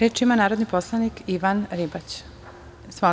ima narodni poslanik Ivan Ribać.